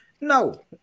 No